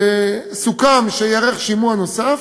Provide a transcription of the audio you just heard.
סוכם שייערך שימוע נוסף,